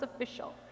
official